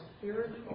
spiritual